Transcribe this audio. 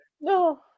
No